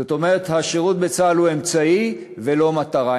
זאת אומרת, השירות בצה"ל הוא אמצעי ולא מטרה.